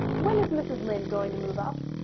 when is mrs. lynde going to move up?